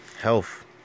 health